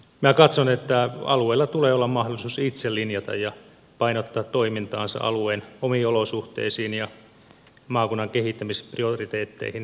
minä katson että alueilla tulee olla mahdollisuus itse linjata ja painottaa toimintaansa alueen omiin olosuhteisiin ja maakunnan kehittämisprioriteetteihin perustuen